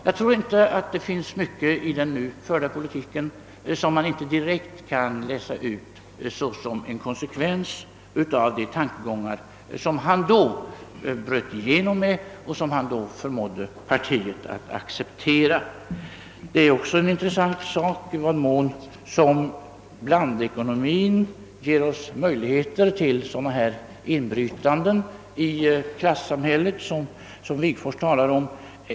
Jag tror inte att det finns mycket i den nu förda politiken som man inte direkt kan läsa ut såsom en konsekvens av de tankegångar som Wigforss då bröt igenom med och fick partiet att acceptera. Det är också en intressant fråga i vad mån blandekonomin ger oss möjligheter till sådana inbrytanden i klasssamhället som Wigforss talar om.